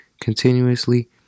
continuously